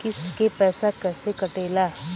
किस्त के पैसा कैसे कटेला?